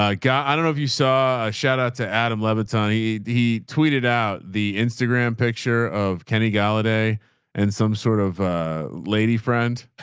god, i don't know if you saw a shout out to adam levitan, he he tweeted out the instagram picture of kenny galladay and some sort of a lady friend.